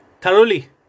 thoroughly